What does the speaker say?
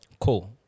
Cool